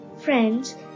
friends